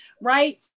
right